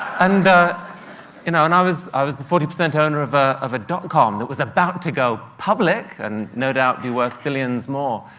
and you know and i was i was the forty percent owner of ah of a dotcom that was about to go public and no doubt be worth billions more.